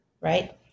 Right